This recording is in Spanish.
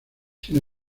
sin